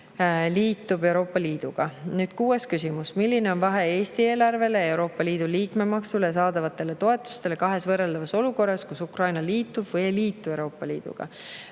liitub Euroopa Liiduga. Kuues küsimus on, milline on vahe Eesti eelarvele, Euroopa Liidu liikmemaksule ja saadavatele toetustele kahes võrreldavas olukorras, kus Ukraina liitub või ei liitu Euroopa Liiduga.